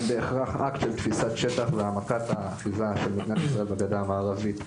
בהכרח אקט של תפיסת שטח והעמקת האחיזה של מדינת ישראל בגדה המערבית.